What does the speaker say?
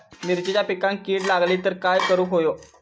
मिरचीच्या पिकांक कीड लागली तर काय करुक होया?